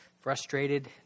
frustrated